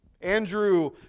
Andrew